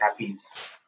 happies